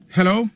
Hello